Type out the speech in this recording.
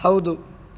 ಹೌದು